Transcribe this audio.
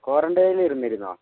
ക്വാറന്റൈനിൽ ഇരുന്നിരുന്നോ